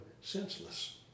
senseless